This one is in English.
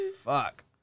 Fuck